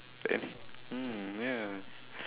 then he mm ya